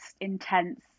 intense